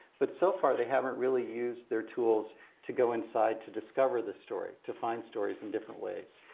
but so far, they haven't really used their tools to go inside to discover the story, to find stories in different ways.